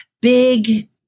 big